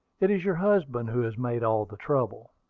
it is your husband who has made all the trouble.